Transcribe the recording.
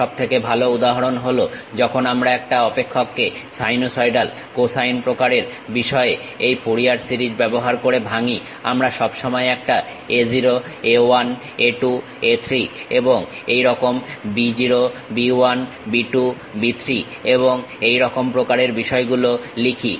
সবথেকে ভালো উদাহরণ হলো যখন আমরা একটা অপেক্ষককে সাইনুসইডাল কোসাইন প্রকারের বিষয়ে এই ফুরিয়ার সিরিজ ব্যবহার করে ভাঙ্গি আমরা সব সময় একটা a 0 a 1 a 2 a 3 এবং এই রকম b 0 b 1 b 2 b 3 এবং এই রকম প্রকারের বিষয় গুলো লিখি